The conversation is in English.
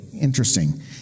interesting